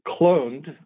cloned